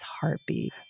heartbeat